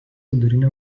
vidurinę